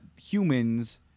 humans